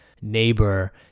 neighbor